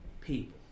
people